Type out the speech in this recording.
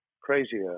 crazier